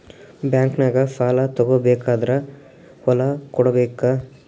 ಬ್ಯಾಂಕ್ನಾಗ ಸಾಲ ತಗೋ ಬೇಕಾದ್ರ್ ಹೊಲ ಕೊಡಬೇಕಾ?